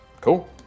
Cool